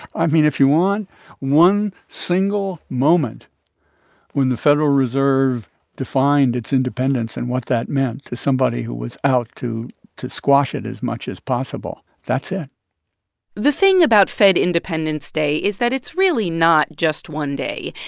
i mean, if you want one single moment when the federal reserve defined its independence and what that meant to somebody who was out to to squash it as much as possible, that's it the thing about fed independence day is that it's really not just one day.